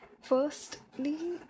Firstly